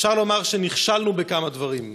אפשר לומר שנכשלנו בכמה דברים.